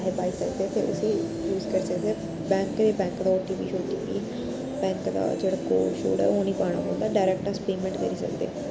पैसे पाई सकदे ते उसी यूज़ करी सकदे बैंक ते बैंक दा ओ टी पी शोटिपी बैंक दा जेह्ड़ा कोड शोड ऐ ओह् नि पाना पौंदा डायरेक्ट अस पेमेंट करी सकदे